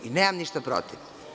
I nemam ništa protiv.